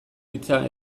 hitza